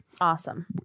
Awesome